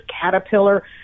Caterpillar